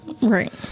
right